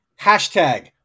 Hashtag